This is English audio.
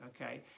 okay